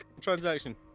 transaction